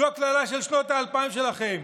זאת הקללה של שנות האלפיים שלכם.